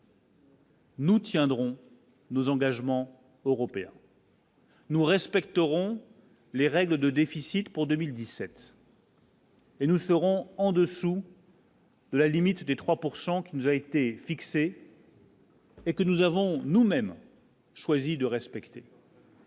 Nous tiendrons nos engagements européens. Nous respecterons les règles de déficit pour 2017. Et nous serons en dessous. La limite des 3 pourcent qui nous a été fixé. Et que nous avons nous-mêmes. Choisi de respecter.